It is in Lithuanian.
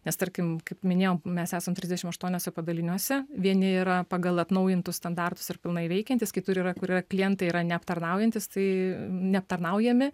nes tarkim kaip minėjau mes esam trisdešim aštuoniuose padaliniuose vieni yra pagal atnaujintus standartus ir pilnai veikiantys kitur yra kur yra klientai yra neaptarnaujantys tai neaptarnaujami